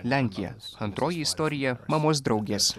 lenkija antroji istorija mamos draugės